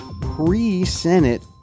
pre-Senate